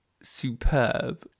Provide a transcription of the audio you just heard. superb